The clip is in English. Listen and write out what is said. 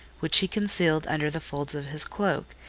which he concealed under the folds of his cloak,